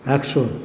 একশো